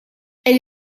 elle